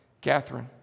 Catherine